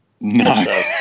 No